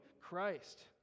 Christ